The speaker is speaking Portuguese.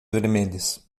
vermelhas